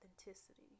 authenticity